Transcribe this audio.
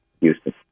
Houston